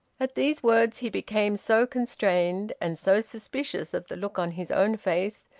at these words he became so constrained, and so suspicious of the look on his own face,